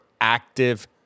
active